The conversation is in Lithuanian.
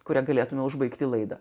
kuria galėtumėme užbaigti laidą